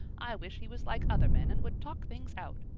i wish he was like other men and would talk things out.